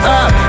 up